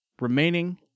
remaining